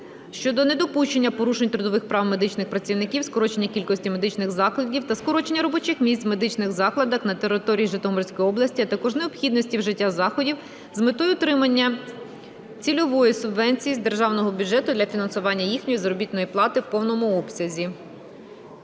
щодо недопущення порушень трудових прав медичних працівників, скорочення кількості медичних закладів та скорочення робочих місць в медичних закладах на території Житомирської області, а також необхідності вжиття заходів з метою отримання цільової субвенції з Державного бюджету для фінансування їхньої заробітної плати в повному обсязі.